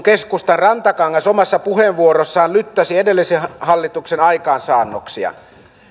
keskustan rantakangas omassa puheenvuorossaan lyttäsi edellisen hallituksen aikaansaannoksia